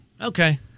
Okay